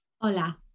Hola